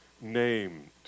named